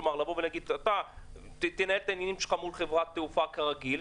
כלומר להגיד לו לנהל את העניינים שלו מול חברת תעופה כרגיל,